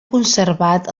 conservat